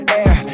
air